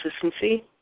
consistency